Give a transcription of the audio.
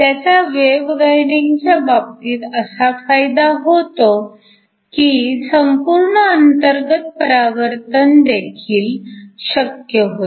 त्याचा वेव्ह गायडींगच्या बाबतीत असा फायदा होतो की संपूर्ण अंतर्गत परावर्तनदेखील शक्य होते